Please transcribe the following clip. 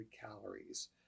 calories